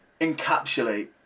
encapsulate